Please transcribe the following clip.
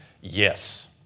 Yes